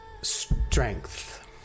Strength